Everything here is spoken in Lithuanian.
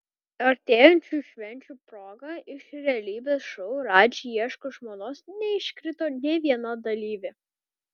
artėjančių švenčių proga iš realybės šou radži ieško žmonos neiškrito nė viena dalyvė